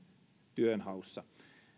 työnhaussa